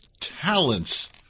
talents